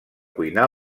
cuinar